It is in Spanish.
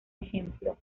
ejemplo